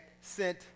sent